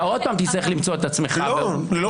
אתה שוב תצטרך למצוא את עצמך -- לא.